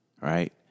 right